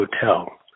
hotel